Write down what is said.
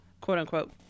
quote-unquote